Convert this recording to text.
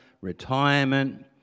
retirement